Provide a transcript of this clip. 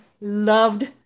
loved